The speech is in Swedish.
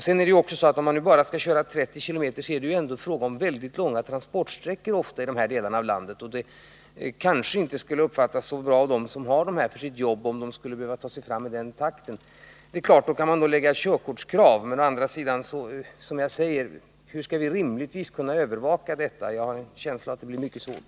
Sedan är det också så att det ofta är fråga om väldigt långa transportsträckor i dessa delar av landet, varför det kanske inte skulle uppfattas som någon bra bestämmelse — att bara få köra i 30 km fart — av dem som har skotrarna för sitt jobb, om de skulle behöva ta sig fram i den takten. Det är klart att man kan ställa körkortskrav, men — som jag sagt — hur skall vi å andra sidan rimligtvis kunna övervaka detta? Jag har en känsla av att det skulle bli mycket svårt.